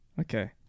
Okay